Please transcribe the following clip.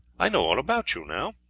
i know all about you now,